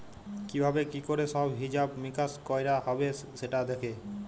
কি ভাবে কি ক্যরে সব হিছাব মিকাশ কয়রা হ্যবে সেটা দ্যাখে